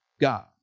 God